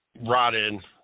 rotted